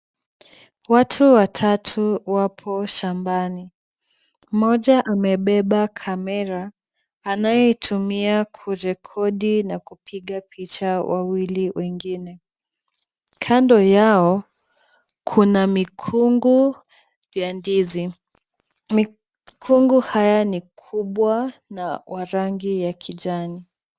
Watu watatu wapo shambani. Mmoja amebeba kamera anayoitumia kurekodi na kupiga picha wawili wengine. Kando yao kuna mikungu ya ndizi. Mikungu haya ni kubwa na wa rangi ya kijani.